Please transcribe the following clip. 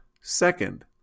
Second